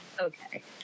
Okay